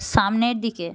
সামনের দিকে